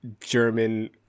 German